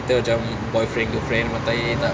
kita macam boyfriend girlfriend mata air tak